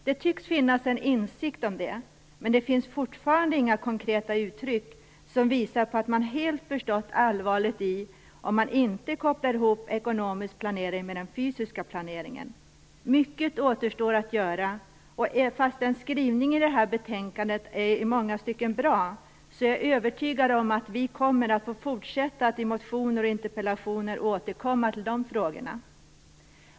Det tycks finnas en insikt om detta, men det finns fortfarande inga konkreta uttryck som visar på att man helt förstått allvaret i att inte koppla ihop ekonomisk planering med den fysiska planeringen. Mycket återstår att göra, och fastän skrivningen i detta betänkande i många stycken är bra, är jag övertygad om att vi kommer att få fortsätta att i motioner och interpellationer återkomma till dessa frågor.